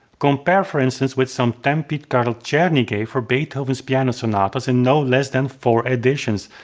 compare for instance with some tempi carl czerny gave for beethoven's piano sonatas in no less than four editions,